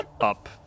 up